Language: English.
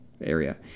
area